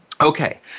Okay